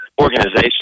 organization